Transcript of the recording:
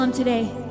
today